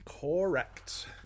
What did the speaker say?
Correct